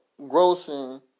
grossing